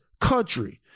country